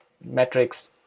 metrics